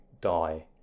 die